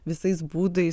visais būdais